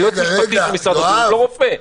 זה יועץ משפטי של משרד הבריאות, לא רופא.